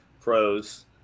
pros